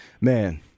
man